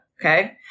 Okay